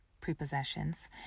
prepossessions